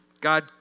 God